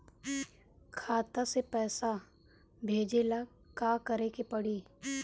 खाता से पैसा भेजे ला का करे के पड़ी?